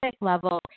level